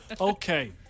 Okay